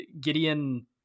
gideon